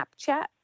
Snapchat